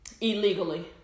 illegally